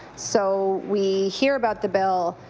so we hear about the bill.